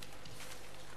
נגד?